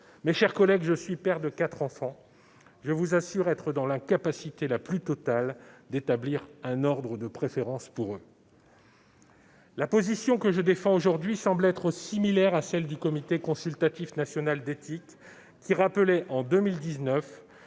Mes chers collègues, je suis père de quatre enfants. Je vous assure être dans l'incapacité la plus totale d'établir un ordre de préférence entre eux. La position que je défends aujourd'hui semble être similaire à celle du Comité consultatif national d'éthique, qui rappelait en 2019